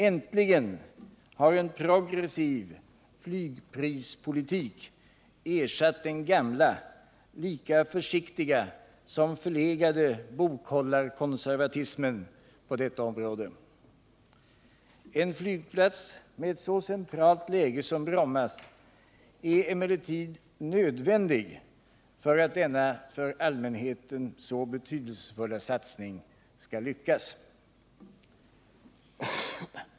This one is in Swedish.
Äntligen har en progressiv flygprispolitik ersatt den gamla, lika försiktiga som förlegade bokhållarkonservatismen på detta område. En flygplats med så centralt läge som Brommas är emellertid nödvändig för att denna för allmänheten så betydelsefulla satsning skall lyckas.